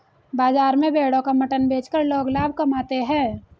बाजार में भेड़ों का मटन बेचकर लोग लाभ कमाते है